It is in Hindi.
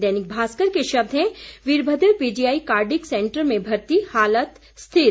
दैनिक भास्कर के शब्द हैं वीरभद्र पीजीआई कार्डियक सैंटर में भर्ती हालत स्थिर